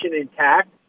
intact